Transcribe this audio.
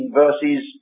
verses